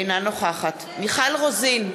אינה נוכחת מיכל רוזין,